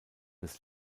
des